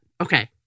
Okay